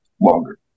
longer